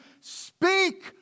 Speak